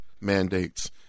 mandates